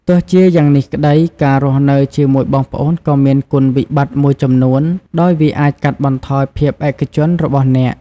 ទោះជាយ៉ាងនេះក្ដី ការរស់នៅជាមួយបងប្អូនក៏មានគុណវិបត្តិមួយចំនួន ដោយវាអាចកាត់បន្ថយភាពឯកជនរបស់អ្នក។